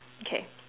okay